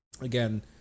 Again